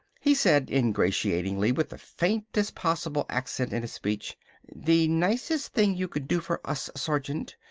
he said ingratiatingly, with the faintest possible accent in his speech the nicest thing you could do for us, sergeant,